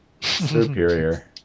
Superior